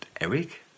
Eric